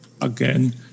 again